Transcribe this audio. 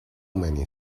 many